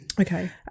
okay